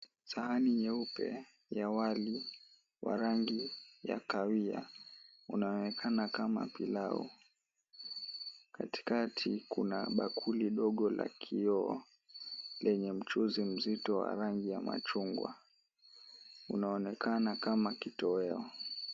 Sahani nyeupe ya wali wa rangi ya kahawia, unaonekana kama pilau, katikati, kuna bakuli dogo la kioo, lenye mchuzi mzito wa rangi ya machungwa, unaonekana kama kitoweo.